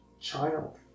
child